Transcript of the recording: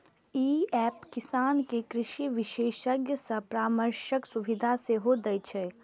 ई app किसान कें कृषि विशेषज्ञ सं परामर्शक सुविधा सेहो दै छै